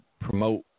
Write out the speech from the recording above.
promote